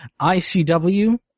ICW